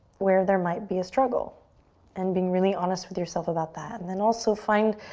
where there might be a struggle and being really honest with yourself about that. and then also find,